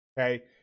okay